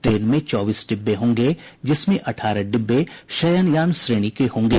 train में चौबीस डिब्बे होंगे जिसमें अठारह डिब्बे शयनयान श्रेणी के होंगे